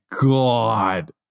God